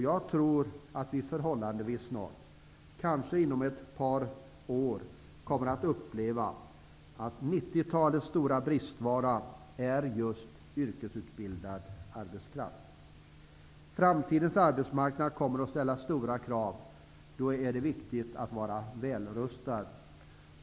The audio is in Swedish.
Jag tror att vi förhållandevis snart, kanske inom ett par år, kommer att uppleva att 90-talets stora bristvara är just yrkesutbildad arbetskraft. Framtidens arbetsmarknad kommer att ställa stora krav. Då är det viktigt att vara välrustad.